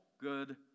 good